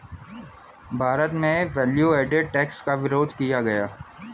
भारत में value added tax का विरोध किया गया